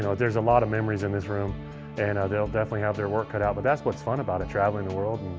you know there are lot of memories in this room and they will definitely have their work cut out. but that is what is fun about it. travelling the world,